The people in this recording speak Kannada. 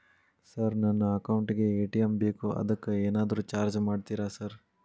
ಸರ್ ನನ್ನ ಅಕೌಂಟ್ ಗೇ ಎ.ಟಿ.ಎಂ ಬೇಕು ಅದಕ್ಕ ಏನಾದ್ರು ಚಾರ್ಜ್ ಮಾಡ್ತೇರಾ ಸರ್?